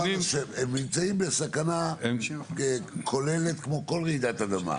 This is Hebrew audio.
הם נמצאים בסכנה כוללת כמו כל רעידת אדמה.